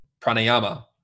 pranayama